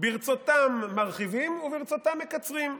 שברצותם מרחיבים וברצותם מקצרים,